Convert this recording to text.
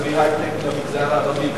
להביא היי-טק למגזר הערבי.